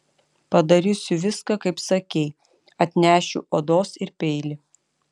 padarysiu viską kaip sakei atnešiu odos ir peilį